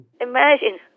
Imagine